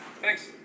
thanks